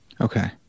Okay